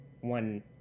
one